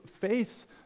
face